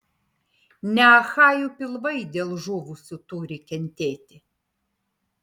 ne achajų pilvai dėl žuvusių turi kentėti